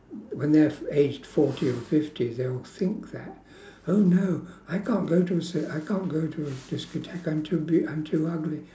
when they have aged forty or fifty they will think that oh no I can't go to a cir~ I can't go a discotheque I'm too be~ I'm too ugly